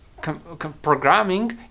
programming